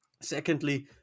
Secondly